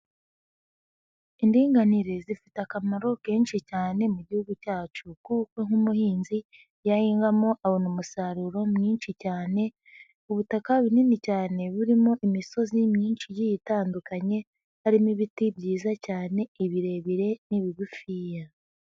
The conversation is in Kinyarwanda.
Indinganire zifite akamaro kenshi cyane mu gihugu cyacu kuko nk'umuhinzi, iyo ahingamo abona umusaruro mwinshi cyane, ubutaka binini cyane burimo imisozi myinshi igiye itandukanye, harimo ibiti byiza cyane, ibirebire n'ibigufiya.